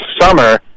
summer